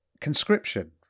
conscription